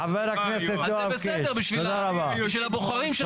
זה בסדר בשביל הבוחרים שלך.